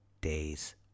days